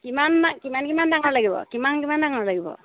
কিমানমান কিমান কিমান ডাঙৰ লাগিব কিমান কিমান ডাঙৰ লাগিব